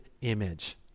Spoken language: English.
image